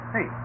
Hey